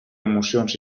emocions